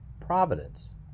providence